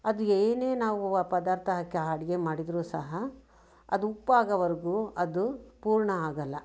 ಅದು ಏನೇ ನಾವು ಆ ಪದಾರ್ಥ ಹಾಕಿ ಅಡುಗೆ ಮಾಡಿದ್ರು ಸಹ ಅದು ಉಪ್ಪಾಗೋವರೆಗು ಅದು ಪೂರ್ಣ ಆಗಲ್ಲ